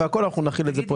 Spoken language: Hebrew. אנחנו נחיל את זה.